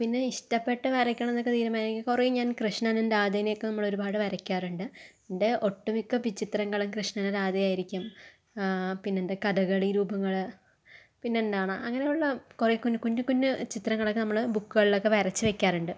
പിന്നെ ഇഷ്ടപ്പെട്ട് വരയ്ക്കണം എന്നൊക്കെ തീരുമാനിക്കുന്ന കുറേ ഞാൻ കൃഷ്ണനും രാധയെയും ഒക്കെ നമ്മൾ ഒരുപാട് വരയ്ക്കാറുണ്ട് എൻ്റെ ഒട്ടുമിക്ക ചിത്രങ്ങളും കൃഷ്ണനും രാധയും ആയിരിക്കും പിന്നെ എന്താ കഥകളി രൂപങ്ങൾ പിന്നെ എന്താണ് അങ്ങനെയുള്ള കുറേ കുഞ്ഞു കുഞ്ഞു കുഞ്ഞു ചിത്രങ്ങളൊക്കെ നമ്മൾ ബുക്കുകളിലൊക്കെ വരച്ചു വെയ്ക്കാറുണ്ട്